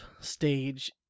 stage